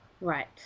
Right